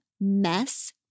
Mess